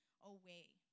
away